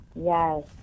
Yes